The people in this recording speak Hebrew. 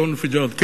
ג'ון פיצג'רלד קנדי.